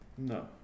No